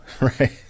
Right